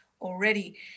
already